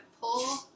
pull